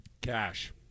Cash